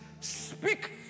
Speak